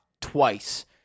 twice